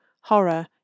horror